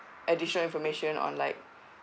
additional information on like